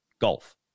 golf